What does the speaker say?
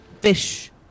fish